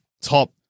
top